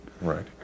Right